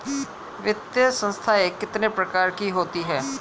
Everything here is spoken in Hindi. वित्तीय संस्थाएं कितने प्रकार की होती हैं?